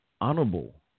honorable